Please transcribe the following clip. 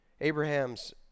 Abraham's